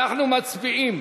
אנחנו מצביעים